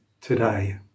today